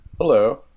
Hello